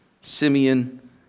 Simeon